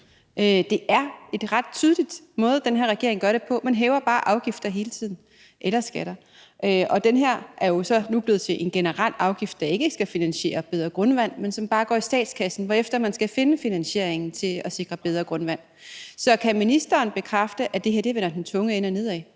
Det er en ret tydelig måde, den her regering gør det på. Man hæver bare afgifter eller skatter hele tiden, og den her er jo så nu blevet til en generel afgift, der ikke skal finansiere bedre grundvand, men som bare går i statskassen, hvorefter man skal finde finansieringen til at sikre bedre grundvand. Så kan ministeren bekræfte, at det her vender den tunge ende nedad